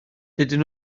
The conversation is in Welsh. dydyn